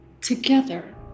together